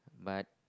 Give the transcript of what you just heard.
but